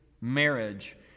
marriage